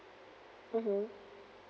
mmhmm